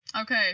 Okay